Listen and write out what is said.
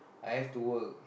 I have to work